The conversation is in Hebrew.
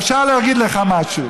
אפשר להגיד לך משהו.